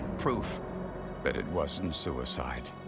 proof that it wasn't suicide.